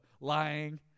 lying